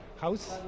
house